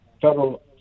federal